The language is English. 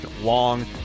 long